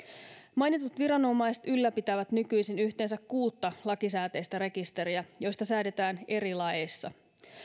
mainitut viranomaiset ylläpitävät nykyisin yhteensä kuutta lakisääteistä rekisteriä joista säädetään eri laeissa